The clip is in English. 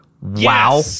Wow